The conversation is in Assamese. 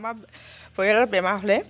আমাৰ পৰিয়ালত বেমাৰ হ'লে